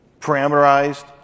parameterized